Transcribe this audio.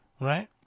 right